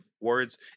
words